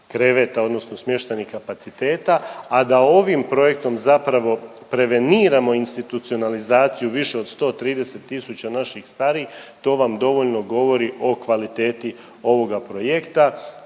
odnosno smještajnih kapaciteta, a da ovim projektom zapravo preveniramo institucionalizaciju više od 130 tisuća naših starijih to vam dovoljno govori o kvaliteti ovoga projekta.